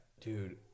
Dude